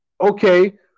Okay